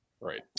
Right